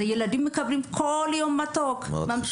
ילדים מקבלים כל יום ממתקים.